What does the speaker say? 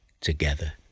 together